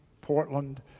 Portland